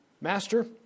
Master